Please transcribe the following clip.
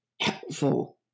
helpful